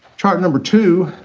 chart number two